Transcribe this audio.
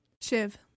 Shiv